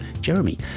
Jeremy